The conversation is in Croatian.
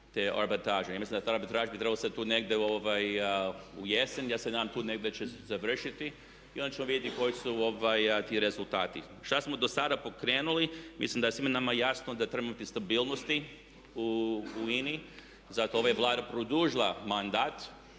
te arbitraže. Ja mislim da ta arbitraža biti trebala ostati tu negdje u jesen, ja se nadam tu negdje da će završiti i onda ćemo vidjeti koji su ti rezultati, šta smo do sada pokrenuli. Mislim da je svima nama jasno da treba imati stabilnosti u INA-i zato je ova Vlada produžila mandat